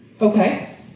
Okay